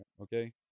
okay